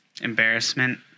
Embarrassment